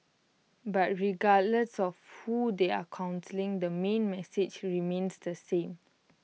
but regardless of who they are counselling the main message remains the same